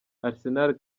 arsenal